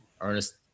Ernest